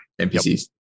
NPCs